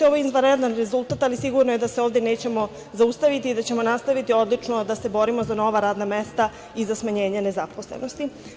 Ovo je izvanredan rezultat, ali sigurno je da se ovde nećemo zaustaviti i da ćemo nastaviti odlično da se borimo za nova radna mesta i za smanjenje nezaposlenosti.